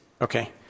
Okay